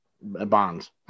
bonds